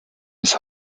bis